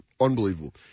unbelievable